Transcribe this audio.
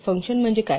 function म्हणजे काय